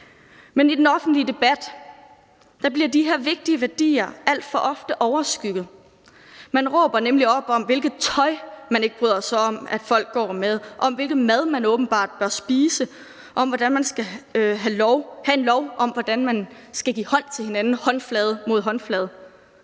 Men i den offentlige debat bliver de her vigtige værdier alt for ofte overskygget. Man råber nemlig op om, hvilket tøj man ikke bryder sig om folk går med, hvilken mad folk åbenbart bør spise, hvordan man skal have en lov om, hvordan vi skal give hånd til hinanden, nemlig håndflade mod håndflade.